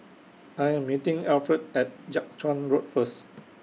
I Am meeting Alfred At Jiak Chuan Road First